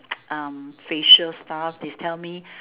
um facial stuff they tell me